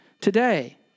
today